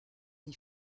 les